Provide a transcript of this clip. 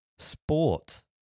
Sport